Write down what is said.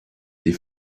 die